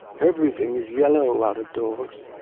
everything is yellow out-of-doors.